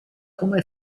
come